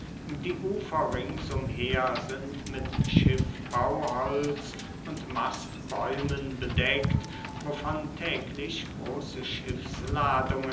die ufer ringsumher sind mit schiffbauholz und mastbäumen bedeckt wovon täglich große